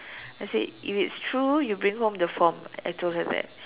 I said if it's true you bring home the form I told her that